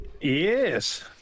Yes